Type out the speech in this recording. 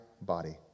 body